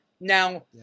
Now